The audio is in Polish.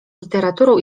literaturą